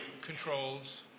controls